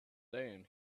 then